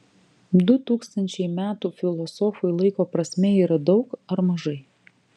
du tūkstančiai metų filosofui laiko prasme yra daug ar mažai